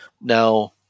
Now